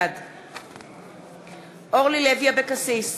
בעד אורלי לוי אבקסיס,